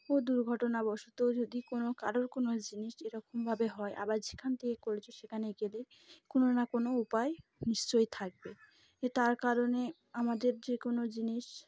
ও দুর্ঘটনাাবশত যদি কোনো কারোর কোনো জিনিস এরকমভাবে হয় আবার যেখান থেকে করেছ সেখানে গেলে কোনো না কোনো উপায় নিশ্চয়ই থাকবে এ তার কারণে আমাদের যে কোনো জিনিস